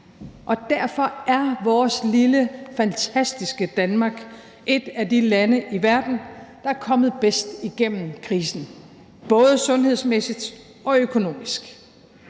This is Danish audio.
Og derfor er vores lille fantastiske Danmark et af de lande i verden, der er kommet bedst igennem krisen, både sundhedsmæssigt og økonomisk.